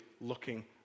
looking